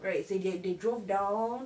say they they drove down